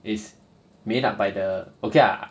it's made up by the okay lah